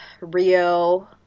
rio